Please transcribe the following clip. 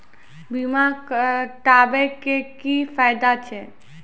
बीमा कराबै के की फायदा छै?